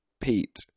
Pete